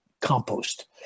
compost